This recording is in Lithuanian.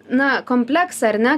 na kompleksą ar ne